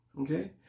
okay